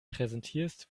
präsentierst